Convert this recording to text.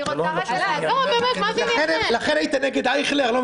אני לא מבין, לכן היית נגד אייכלר?